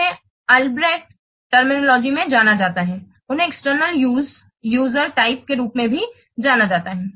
उन्हें अल्ब्रेक्ट शब्दावली में भी जाना जाता है उन्हें एक्सटर्नल यूजर टाइप के रूप में भी जाना जाता है